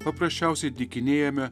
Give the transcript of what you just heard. paprasčiausiai dykinėjame